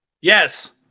Yes